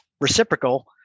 reciprocal